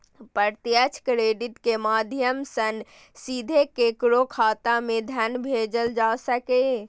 प्रत्यक्ष क्रेडिट के माध्यम सं सीधे केकरो खाता मे धन भेजल जा सकैए